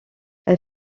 elle